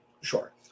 Sure